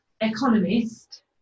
economist